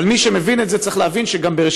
אבל מי שמבין את זה צריך להבין גם שבראשית